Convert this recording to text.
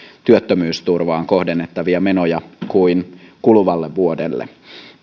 työttömyysturvaan kohdennettavia menoja kuin kuluvalle vuodelle